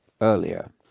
earlier